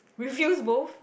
refuse both